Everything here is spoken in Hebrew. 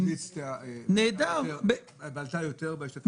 האופוזיציה בלטה יותר בהשתתפות בדיון.